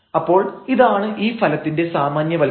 അപ്പോൾ ഇതാണ് ഈ ഫലത്തിന്റെ സാമാന്യവൽക്കരണം